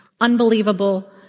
unbelievable